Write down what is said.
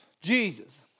Jesus